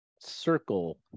circle